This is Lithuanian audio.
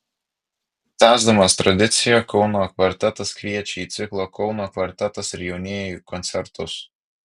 tęsdamas tradiciją kauno kvartetas kviečia į ciklo kauno kvartetas ir jaunieji koncertus